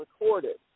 recorded